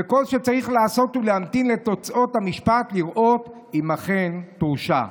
כל שצריך לעשות הוא להמתין לתוצאות המשפט ולראות אם אכן תורשע.